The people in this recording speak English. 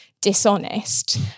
dishonest